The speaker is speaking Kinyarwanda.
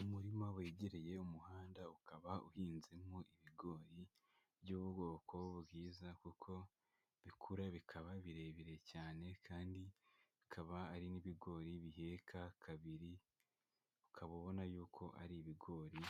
Umurima wegereye umuhanda ukaba uhinzemo ibigori by'ubwoko bwiza kuko bikura bikaba birebire cyane, kandi bikaba ari n'ibigori biheka kabiri, ukaba ubona y'uko ari ibigori